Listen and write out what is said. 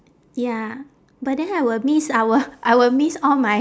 ya but then I will miss I will I will miss all my